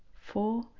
four